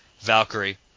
Valkyrie